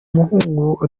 muhungu